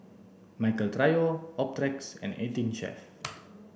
Michael Trio Optrex and eighteenChef